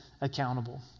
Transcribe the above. accountable